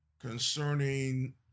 concerning